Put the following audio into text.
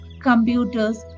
computers